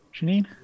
Janine